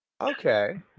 Okay